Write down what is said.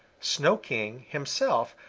snow king, himself,